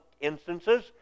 instances